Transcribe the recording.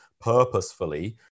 purposefully